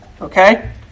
Okay